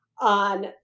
on